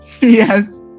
Yes